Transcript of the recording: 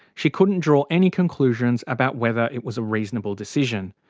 she couldn't draw any conclusions about whether it was a reasonable decision.